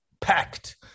packed